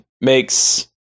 makes